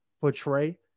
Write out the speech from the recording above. portray